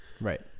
right